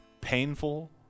painful